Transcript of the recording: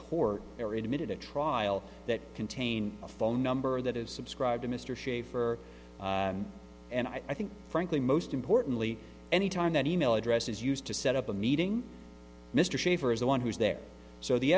or emitted a trial that contain a phone number that is subscribed to mr shafer and i think frankly most importantly any time that e mail address is used to set up a meeting mr shafer is the one who's there so the